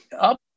up